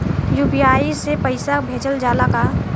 UPI से पईसा भेजल जाला का?